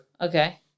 Okay